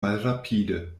malrapide